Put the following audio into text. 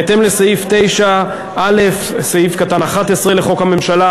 בהתאם לסעיף 9(א)(11) לחוק הממשלה,